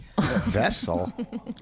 Vessel